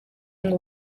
ngo